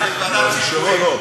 לראשונה, לא.